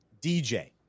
DJ